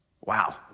Wow